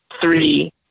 three